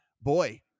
boy